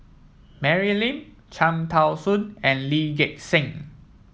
Mary Lim Cham Tao Soon and Lee Gek Seng